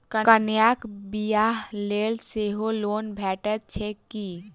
कन्याक बियाह लेल सेहो लोन भेटैत छैक की?